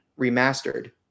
Remastered